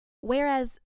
whereas